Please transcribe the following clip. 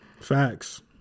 Facts